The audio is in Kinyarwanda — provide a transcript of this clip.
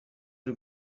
ari